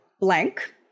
blank